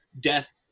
death